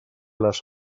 les